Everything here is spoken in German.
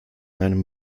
einem